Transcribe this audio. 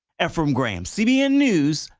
efrem graham, cbn news,